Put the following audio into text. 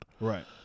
right